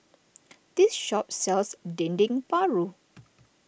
this shop sells Dendeng Paru